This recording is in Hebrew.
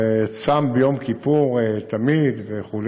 ותמיד צם ביום כיפור וכו',